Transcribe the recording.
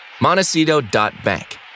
Montecito.bank